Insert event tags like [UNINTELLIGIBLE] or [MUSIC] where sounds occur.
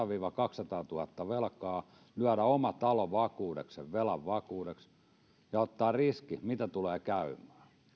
[UNINTELLIGIBLE] viiva kaksisataatuhatta velkaa lyödä oma talo sen velan vakuudeksi ja ottaa riski siitä miten tulee käymään